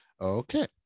Okay